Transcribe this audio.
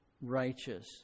righteous